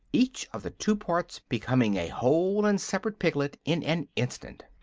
each of the two parts becoming a whole and separate piglet in an instant.